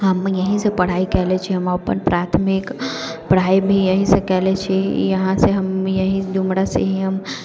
हम यहीँसँ पढ़ाइ कएले छी हम अपन प्राथमिक पढ़ाइ भी यहीँसँ कएले छी यहाँसँ हम यहीँ डुमरासँ ही हम